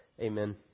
Amen